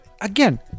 again